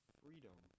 freedom